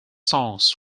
songs